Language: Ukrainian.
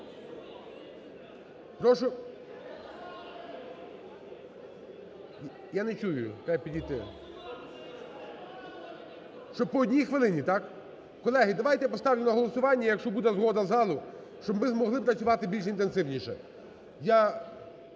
Я не чую, треба підійти. Щоб по одній хвилині, так? Колеги, давайте я поставлю на голосування. Якщо буде згода залу, щоб ми змогли працювати більш інтенсивніше.